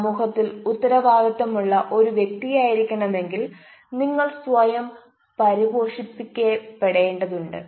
സമൂഹത്തിൽ ഉത്തരവാദിത്തമുള്ള ഒരു വ്യക്തിയായിരിക്കണമെങ്കിൽ നിങ്ങൾ സ്വയം പരിപോഷിപ്പിക്കേണ്ടതുണ്ട്